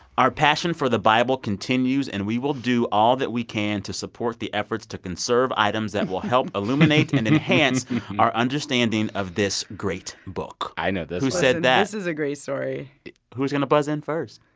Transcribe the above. our passion for the bible continues, and we will do all that we can to support the efforts to conserve items that and will help illuminate. and enhance our understanding of this great book. i know this who said that? this is a great story who's going to buzz in first?